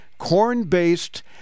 corn-based